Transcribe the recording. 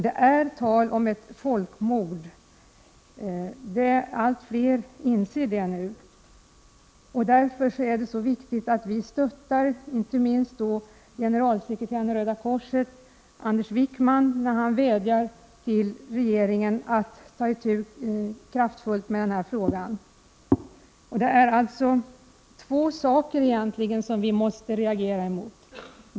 Det är tal om ett folkmord — allt fler inser det nu. Därför är det viktigt att vi stöttar inte minst generalsekreteraren i Röda korset, Anders Wijkman, när han vädjar till regeringen att ta itu kraftfullt med frågan. Det är egentligen två saker som vi måste reagera mot.